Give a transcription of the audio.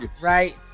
right